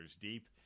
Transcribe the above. deep